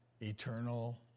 Eternal